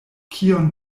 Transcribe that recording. kion